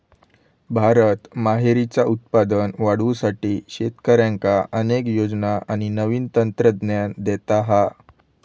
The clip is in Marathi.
भारत मोहरीचा उत्पादन वाढवुसाठी शेतकऱ्यांका अनेक योजना आणि नवीन तंत्रज्ञान देता हा